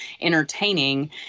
entertaining